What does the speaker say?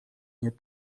nie